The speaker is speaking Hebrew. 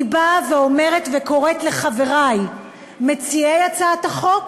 אני באה ואומרת וקוראת לחברי מציעי הצעת החוק